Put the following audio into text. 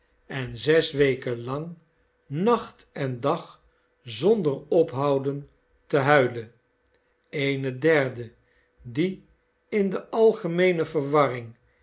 en zes weken lang nacht en dag zonder ophouden te huilen eene derde die in de algemeene verwarring